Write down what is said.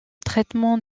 traitement